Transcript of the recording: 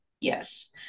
yes